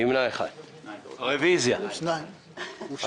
הצבעה בעד ההודעה רוב ההודעה אושרה.